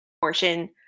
portion